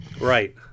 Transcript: Right